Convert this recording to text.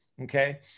okay